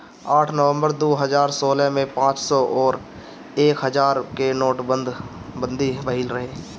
आठ नवंबर दू हजार सोलह में पांच सौ अउरी एक हजार के नोटबंदी भईल रहे